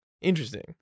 Interesting